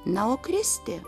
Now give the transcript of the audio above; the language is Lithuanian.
na o kristė